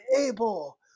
able